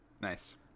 Nice